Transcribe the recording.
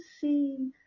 see